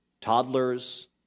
toddlers